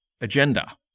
agenda